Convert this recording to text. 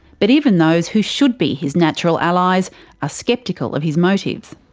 but even those who should be his natural allies are sceptical of his motives.